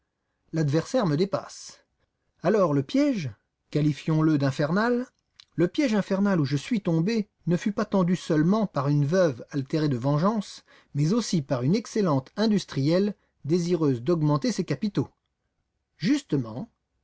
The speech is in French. l'adversaire me dépasse alors le piège qualifions le d'infernal le piège infernal où je suis tombé ne fut pas tendu seulement par une veuve altérée de vengeance mais aussi par une excellente industrielle désireuse d'augmenter ses capitaux justement